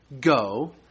go